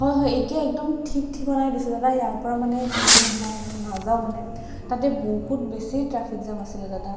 হয় হয় এতিয়া একদম ঠিক ঠিকনাই দিছে দাদা ইয়াৰ পৰা মানে হেৰি নহওঁ নাযাওঁ মানে তাতে বহুত বেছি ট্ৰেফিক জাম আছিলে দাদা